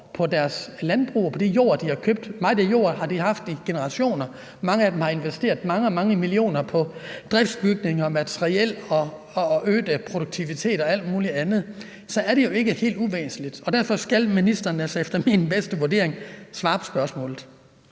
for deres landbrug og den jord, de har købt? Meget af den jord har de haft i generationer, og mange af dem har investeret mange, mange millioner kroner i driftsbygninger, materiel og øget produktivitet og alt muligt andet. Så er det jo ikke helt uvæsentligt. Og derfor skal ministeren altså efter min bedste vurdering svare på spørgsmålet.